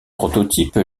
prototype